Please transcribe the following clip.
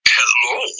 Hello